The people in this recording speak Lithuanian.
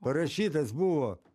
parašytas buvo